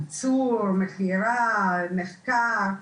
ייצור, מכירה, מחקר.